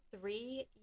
three